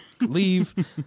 Leave